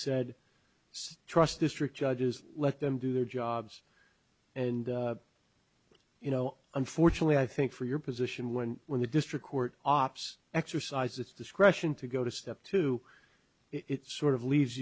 this trust district judges let them do their jobs and you know unfortunately i think for your position one when the district court ops exercise its discretion to go to step two it sort of leaves